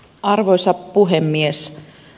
arvoisa puhemies